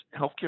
Healthcare